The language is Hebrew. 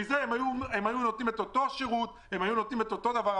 מזה הם היו נותנים את אותו שירות ואותו דבר.